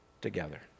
Together